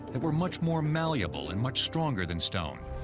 that were much more malleable and much stronger than stone.